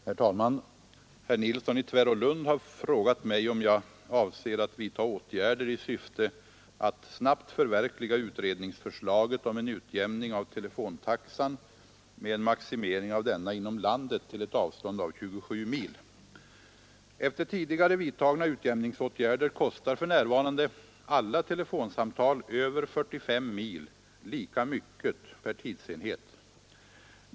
Herr talman! Herr Nilsson i Tvärålund har frågat mig, om jag avser att vidta åtgärder i syfte att snabbt förverkliga utredningsförslaget om en utjämning av telefontaxan med en maximering av denna inom landet till ett avstånd av 27 mil. Efter tidigare vidtagna utjämningsåtgärder kostar för närvarande alla telefonsamtal över 45 mil lika mycket per tidsenhet.